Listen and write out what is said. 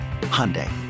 Hyundai